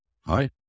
Hi